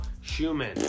Schumann